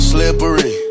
Slippery